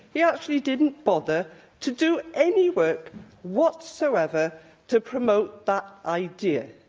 he actually didn't bother to do any work whatsoever to promote that idea.